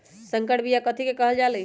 संकर बिया कथि के कहल जा लई?